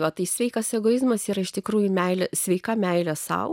va tai sveikas egoizmas yra iš tikrųjų meilė sveika meilė sau